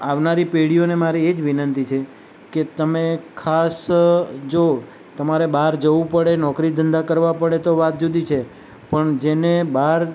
આવનારી પેઢીઓને મારે એ જ વિનંતી છે કે તમે ખાસ જો તમારે બહાર જવું પડે નોકરી ધંધા કરવા પડે તો વાત જુદી છે પણ જેને બહાર